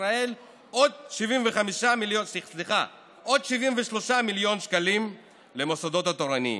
ישראל עוד 73 מיליון שקלים למוסדות התורניים.